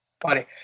funny